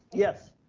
yes,